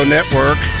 Network